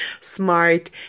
smart